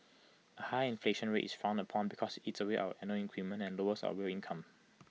A high inflation rate is frowned upon because IT eats away our annual increment and lowers our real income